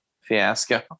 fiasco